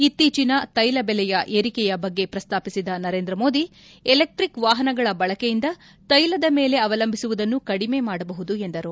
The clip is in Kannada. ಇತ್ತೀಚಿನ ತೈಲ ಬೆಲೆಯ ಏರಿಕೆಯ ಬಗ್ಗೆ ಪ್ರಸಾಪಿಸಿದ ನರೇಂದ್ರ ಮೋದಿ ಎಲೆಕ್ಟಿಕ್ ವಾಹನಗಳ ಬಳಕೆಯಿಂದ ತೈಲದ ಮೇಲೆ ಅವಲಂಬಿಸುವುದನ್ನು ಕಡಿಮೆ ಮಾಡಬಹುದು ಎಂದರು